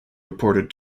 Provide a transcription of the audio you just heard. reported